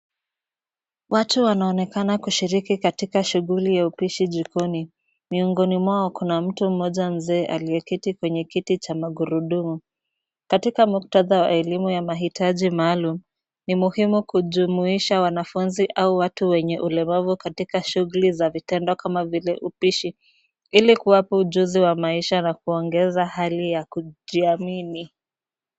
Watu wanaonekana kushiriki katika shughuli ya upishi jikoni miongoni mwao kuna mtu mmoja mzee aliyeketi kwenye kiti cha magurudumu katika muktadha wa elimu ya mahitaji mahalum ni muhimu kujumuisha wanafunzi au watu wenye ulemavu katika shughuli za za vitendo kama upishi ili kuwapa ujuzi wa maisha na kuongeza hali ya kujiamini.